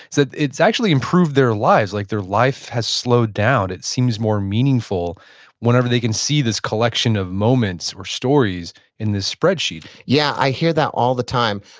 so it's actually improved their lives. like their life has slowed down. it seems more meaningful whenever they can see this collection of moments or stories in this spreadsheet yeah. i hear that all the time.